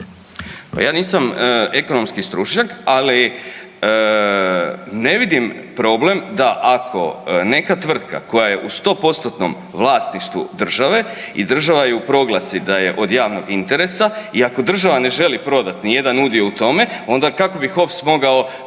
ja nisam ekonomski stručnjak, ali ne vidim problem da ako neka tvrtka koje je u 100%-tnom vlasništvu države i država ju proglasi da je od javnog interesa i ako država ne želi prodati nijedan udio u tome, onda kako bi HOPS mogao